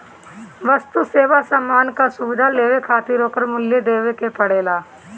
वस्तु, सेवा, सामान कअ सुविधा लेवे खातिर ओकर मूल्य देवे के पड़ेला